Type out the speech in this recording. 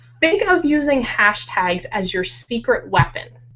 think of using hashtags as your secret weapon.